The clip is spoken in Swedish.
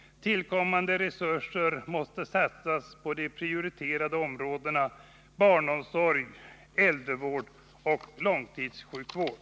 Tillkommande resurser måste satsas på de prioriterade områdena: barnomsorg, äldrevård och långtidssjukvård.